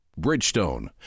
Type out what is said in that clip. Bridgestone